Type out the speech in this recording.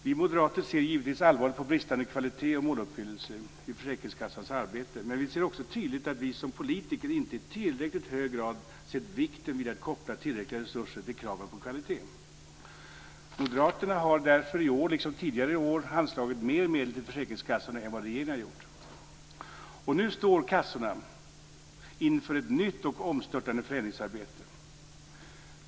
Vi moderater ser givetvis allvarligt på bristande kvalitet och måluppfyllelse i försäkringskassans arbete, men vi ser också tydligt att vi som politiker inte i tillräckligt hög grad sett vikten av att koppla tillräckliga resurser till kraven på kvalitet. Moderaterna har därför i år liksom tidigare år anslagit mer medel till försäkringskassorna än vad regeringen har gjort. Nu står kassorna inför ett nytt och omstörtande förändringsarbete.